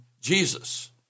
Jesus